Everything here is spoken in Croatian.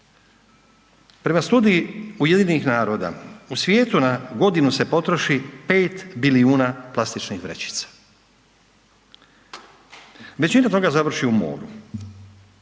Prema studiji UN-a u svijetu na godinu se potroši 5 bilijuna plastičnih vrećica, većinu toga završi u moru.